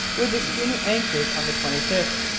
where the schooner anchored on the twenty fifth.